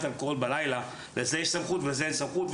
אלכוהול בלילה לזה יש סמכות ולזה אין סמכות,